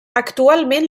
actualment